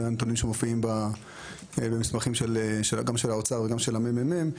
זה הנתונים שמופיעים במסמכים גם של האוצר וגם של הממ"מ,